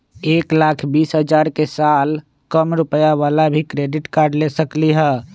एक लाख बीस हजार के साल कम रुपयावाला भी क्रेडिट कार्ड ले सकली ह?